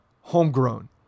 homegrown